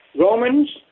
Romans